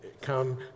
come